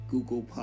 Google